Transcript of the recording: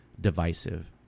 divisive